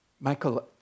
Michael